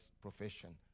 profession